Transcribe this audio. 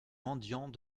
mendiant